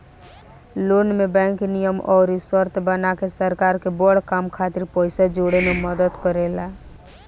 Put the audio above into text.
loan में bank नियम अउर शर्त बना के सरकार के बड़ काम खातिर पइसा जोड़े में मदद करेला